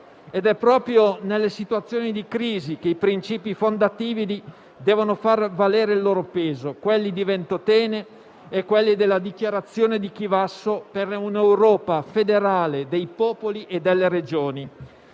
È proprio nelle situazioni di crisi che i principi fondativi devono far valere il loro peso, quelli di Ventotene e della dichiarazione di Chivasso, per un'Europa federale dei popoli e delle regioni.